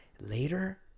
later